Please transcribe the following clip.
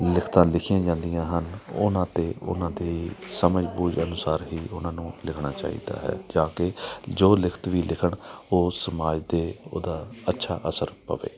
ਲਿਖਤਾਂ ਲਿਖੀਆਂ ਜਾਂਦੀਆਂ ਹਨ ਉਹਨਾਂ 'ਤੇ ਉਹਨਾਂ ਦੀ ਸਮਝ ਬੂਝ ਅਨੁਸਾਰ ਹੀ ਉਹਨਾਂ ਨੂੰ ਲਿਖਣਾ ਚਾਹੀਦਾ ਹੈ ਜਾਂ ਕਿ ਜੋ ਲਿਖਤ ਵੀ ਲਿਖਣ ਉਹ ਸਮਾਜ 'ਤੇ ਉਹਦਾ ਅੱਛਾ ਅਸਰ ਪਵੇ